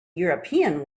european